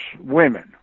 women